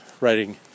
writing